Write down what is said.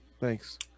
Thanks